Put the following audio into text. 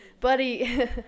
buddy